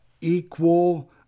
equal